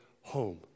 home